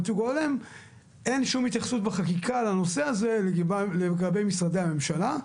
אין שום התייחסות בחקיקה לנושא הזה לגבי משרדי הממשלה.